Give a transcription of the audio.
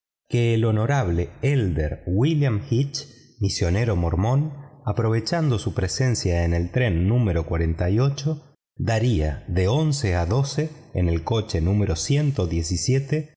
que el honorable willam hitsch misionero mormón aprovechando su presencia en el tren número daría de once a doce en el coche número